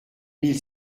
mille